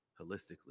holistically